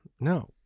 No